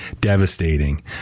devastating